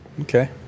Okay